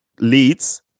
leads